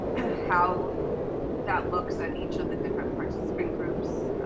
and how that looks at each of the different participant groups.